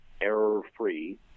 error-free